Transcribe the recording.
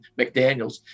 McDaniels